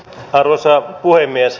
arvoisa puhemies